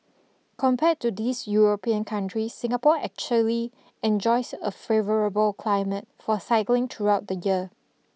compared to these European countries Singapore actually enjoys a favourable climate for cycling throughout the year